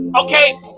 okay